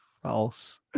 False